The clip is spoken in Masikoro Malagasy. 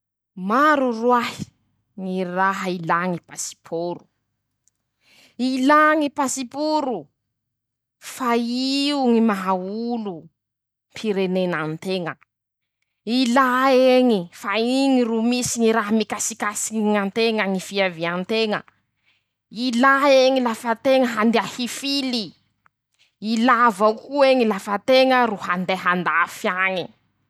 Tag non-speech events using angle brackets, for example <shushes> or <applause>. Maro roahy <shushes> ñy raha ilà ñy pasiporo. ilà ñy pasiporo fa io ñy maha olom-pirenena an-teña. ilà eñe. fa iñy ro misy ñy raha mikasikasiky an-teña. ñy fiavian-teña ;ilà eñy lafa teña andeha hifily ;ilà avao koa eñy lafa teña andeha an-dafy añy.